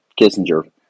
Kissinger